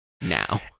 now